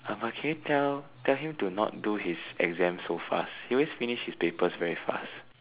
can you tell tell him to not do his exams so fast he always finish his papers so fast